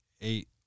eight